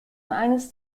eines